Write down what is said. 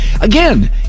Again